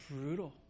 brutal